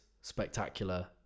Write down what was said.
spectacular